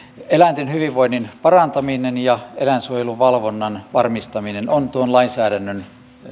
eläinten hyvinvoinnin parantaminen ja eläinsuojeluvalvonnan varmistaminen ovat tuon lainsäädännön